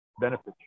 benefits